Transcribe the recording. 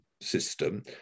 system